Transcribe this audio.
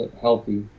healthy